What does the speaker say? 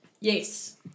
Yes